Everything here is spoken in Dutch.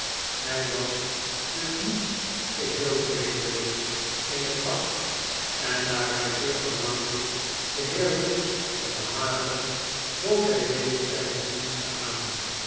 hi was dus niet geheel vreemdeling in het vak en daar hij zeer verlangde den heer hughes te behagen bood hij dezen zijne diensten aan